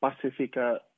Pacifica